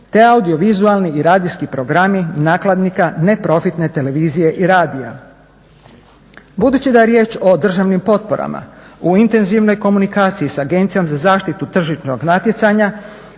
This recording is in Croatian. te audiovizualni i radijski programi nakladnika neprofitne televizije i radija. Budući da je riječ o državnim potporama u intenzivnoj komunikaciji sa Agencijom za zaštitu tržišnog natjecanja